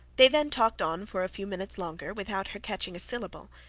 they then talked on for a few minutes longer without her catching a syllable,